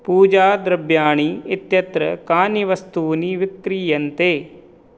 पूजाद्रव्यानि इत्यत्र कानि वस्तूनि विक्रीयन्ते